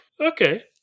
Okay